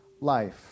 life